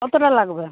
কতটা লাগবে